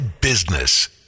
Business